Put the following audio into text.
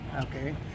okay